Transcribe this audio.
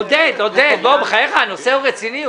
עודד, הנושא רציני.